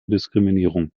diskriminierung